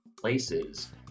places